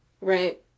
Right